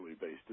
based